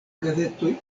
gazetoj